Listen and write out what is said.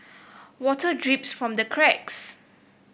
water drips from the cracks